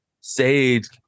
sage